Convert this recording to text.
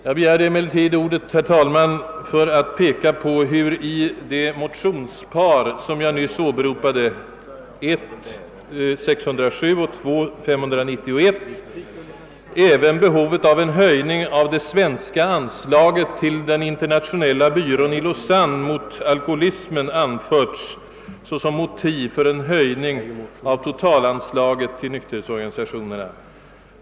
Jag begärde emellertid ordet, herr talman, för att peka på hur i det motionspar som jag nyss åberopade, nr 1: 607 och II: 5391, även behovet av en höjning av det svenska bidraget till Internationella byrån i Lausanne mot alkoholismen anförts såsom motiv för en höjning av totalanslaget till nykterhetsorganisationerna; detta bidrag ingår i nämnda anslag.